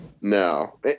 No